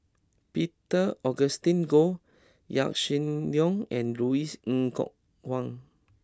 Peter Augustine Goh Yaw Shin Leong and Louis Ng Kok Kwang